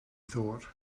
thought